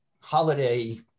holiday